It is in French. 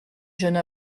jeune